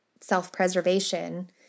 self-preservation